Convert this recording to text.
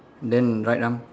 then right arm